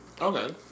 Okay